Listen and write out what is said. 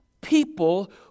people